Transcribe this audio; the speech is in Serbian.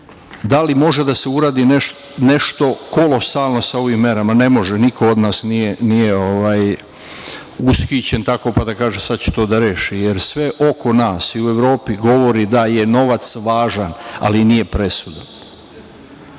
li može da se uradi nešto kolosalno sa ovim merama? Ne može. Niko od nas nije ushićen tako, pa da kaže – sad će to da reši, jer sve oko nas i u Evropi govori da je novac važan, ali nije presudan. Mi